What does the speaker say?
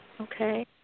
Okay